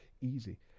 Easy